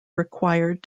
required